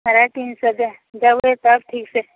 अढ़ाइ तीन सए दए देबै तब ठीक से